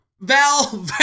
Val